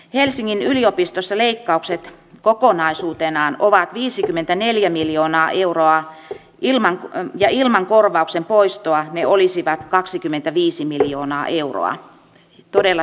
helsingin yliopistossa leikkaukset kokonaisuutenaan ovat viisikymmentäneljä miljoonaa euroa vilma ja ilman korvauksen poistoa ne olisivat kaksikymmentäviisi miljoonaa euroa ja todella